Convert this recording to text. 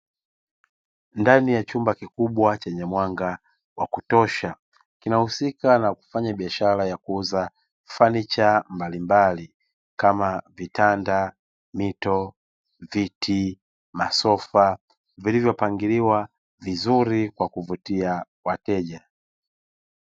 Ndani ya chumba kikubwa chenye mwanga wa kutosha, kinahusika na kufanya biashara ya kuuza fanicha mbalimbali kama vitanda, mito, viti, masofa vilivopangiliwa vizuri kwa kuvutia wateja.